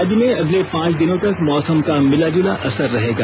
राज्य में अगले पांच दिनों तक मौसम का मिला जुला असर रहेगा